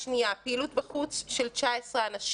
שאלה שנייה, פעילות בחוץ של 19 אנשים,